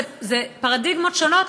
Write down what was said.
אלו פרדיגמות שונות,